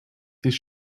this